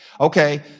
Okay